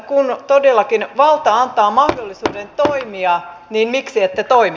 kun todellakin valta antaa mahdollisuuden toimia niin miksi ette toimi